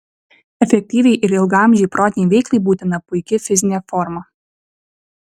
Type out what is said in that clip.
efektyviai ir ilgaamžei protinei veiklai būtina puiki fizinė forma